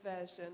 Version